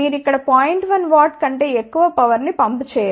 1 W కంటే ఎక్కువ power ని పంప్ చేయలేరు